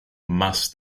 más